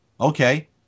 Okay